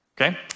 okay